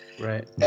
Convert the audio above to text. right